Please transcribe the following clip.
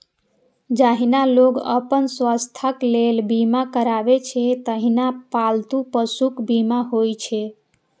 जहिना लोग अपन स्वास्थ्यक लेल बीमा करबै छै, तहिना पालतू पशुक बीमा होइ छै